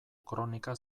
kronika